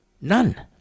None